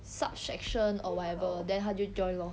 subsection or whatever then 他就 join lor